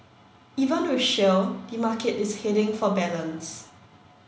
even with shale the market is heading for balance